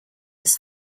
his